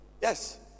Yes